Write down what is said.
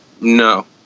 No